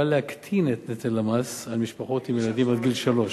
בא להקטין את נטל המס על משפחות עם ילדים עד גיל שלוש.